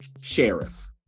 sheriff